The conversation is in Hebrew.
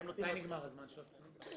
האם --- מתי נגמר הזמן של התכנית?